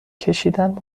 کشیدن